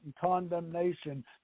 condemnation